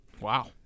Wow